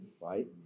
right